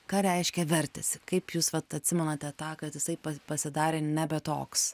ką reiškia vertėsi kaip jūs vat atsimenate tą kad jisai pasidarė nebe toks